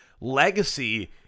legacy